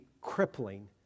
crippling